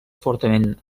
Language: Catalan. fortament